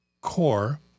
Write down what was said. core